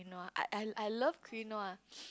I I I love quinoa